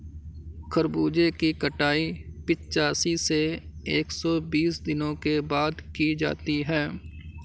खरबूजे की कटाई पिचासी से एक सो बीस दिनों के बाद की जाती है